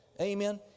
Amen